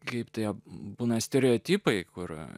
kaip tai būna stereotipai kur